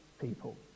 people